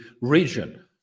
region